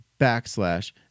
backslash